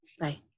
Bye